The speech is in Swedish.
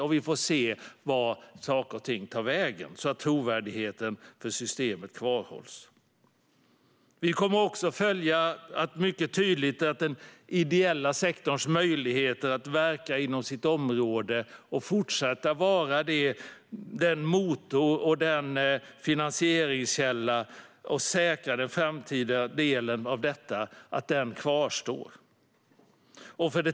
Då får vi se vart saker och ting tar vägen, så och trovärdigheten i systemet kvarhålls. Vi kommer också att följa, mycket tydligt, den ideella sektorns möjligheter att verka inom sitt område och att fortsätta vara en motor och en finansieringskälla. Det handlar om att säkra den framtida delen av detta, att den kvarstår.